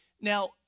Now